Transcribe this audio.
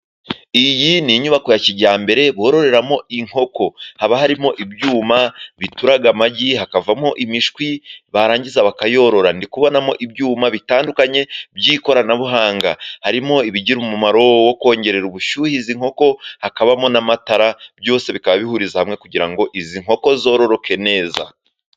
Iyi ni inyubako ya kijyambere bororeramo inkoko, haba harimo ibyuma bituraga amagi hakavamo imishwi, barangiza bakayorora, ndi kubonamo ibyuma bitandukanye by'ikoranabuhanga, harimo ibigira umumaro wo kongerera ubushyuhe izi nkoko, hakabamo n'amatara byose bikaba bihuriza hamwe kugira ngo izi nkoko zororoke neza.